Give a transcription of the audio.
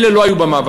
אלה לא היו במאבק.